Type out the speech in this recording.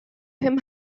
him